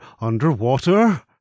underwater